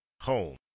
home